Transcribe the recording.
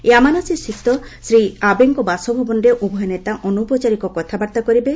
ୟାମାନାସିସ୍ଥିତ ଶ୍ରୀ ଆବେଙ୍କ ବାସଭବନରେ ଉଭୟ ନେତା ଅନୌପଚାରିକ କଥାବାର୍ତ୍ତା କରିବେ